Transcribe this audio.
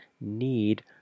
need